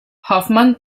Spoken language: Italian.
hoffman